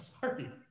sorry